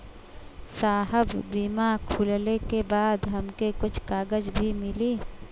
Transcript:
साहब बीमा खुलले के बाद हमके कुछ कागज भी मिली?